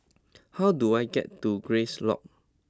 how do I get to Grace Lodge